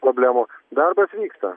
problemų darbas vyksta